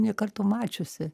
nė karto mačiusi